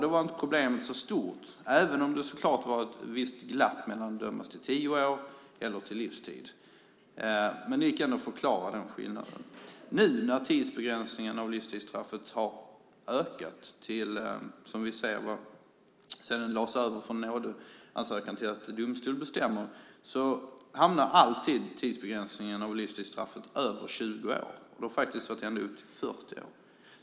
Då var problemet inte så stort, även om det så klart var ett visst glapp mellan att dömas till tio år eller till livstid. Men det gick ändå att förklara den skillnaden. Tidigare omvandlades livstidsstraffen till tidsbestämda straff genom en nådeansökan till regeringen. Nu är det en domstol som bestämmer om det, och livstidsstraffen hamnar alltid på mer än 20 år. Det kan bli ändå upp till 40 år.